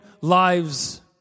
lives